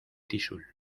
tixul